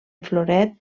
floret